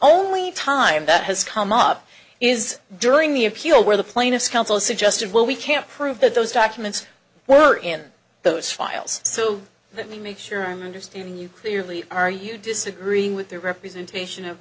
only time that has come up is during the appeal where the plaintiff's counsel suggested well we can't prove that those documents were in those files so let me make sure i'm understanding you clearly are you disagreeing with the representation of